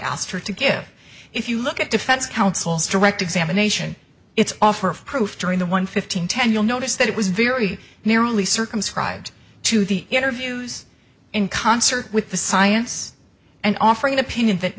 her to get if you look at defense counsel's direct examination its offer of proof during the one fifteen ten you'll notice that it was very narrowly circumscribed to the interviews in concert with the science and offering an opinion that